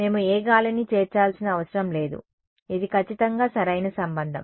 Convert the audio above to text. మేము ఏ గాలిని చేర్చాల్సిన అవసరం లేదు ఇది ఖచ్చితంగా సరైన సంబంధం